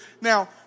now